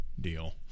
deal